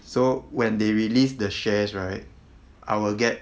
so when they released the shares right I will get